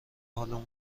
حالمو